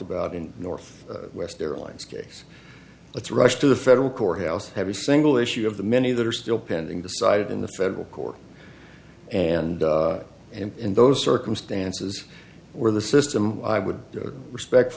about in north west airlines case let's rush to the federal courthouse every single issue of the many that are still pending decided in the federal court and in those circumstances where the system i would respect